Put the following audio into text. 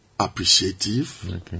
Appreciative